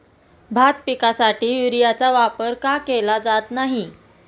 भात पिकासाठी युरियाचा वापर का केला जात नाही?